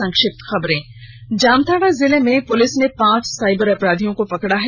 संक्षिप्त खबरें जामताड़ा जिले में पुलिस ने पांच साइबर अपराधियों को पकड़ा है